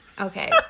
okay